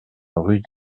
rue